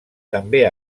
també